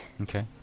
Okay